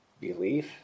belief